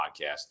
podcast